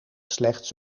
slechts